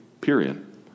period